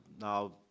now